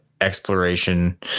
exploration